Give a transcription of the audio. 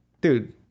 dude